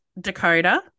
Dakota